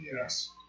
Yes